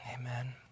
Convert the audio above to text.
Amen